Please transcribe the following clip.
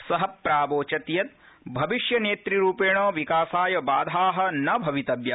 स प्रावोचत् यत् भविष्यनेत्रूपेण विकासाय बाधा न भवितव्या